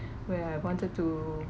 where I wanted to